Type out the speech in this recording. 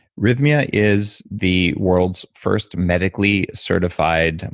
rythmia is the world's first medically certified,